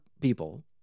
people